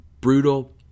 brutal